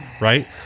right